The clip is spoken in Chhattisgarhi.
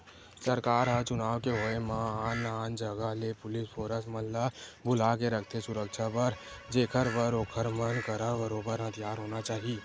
सरकार ह चुनाव के होय म आन आन जगा ले पुलिस फोरस मन ल बुलाके रखथे सुरक्छा बर जेखर बर ओखर मन करा बरोबर हथियार होना चाही